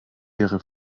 wäre